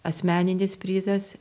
asmeninis prizas